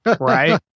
right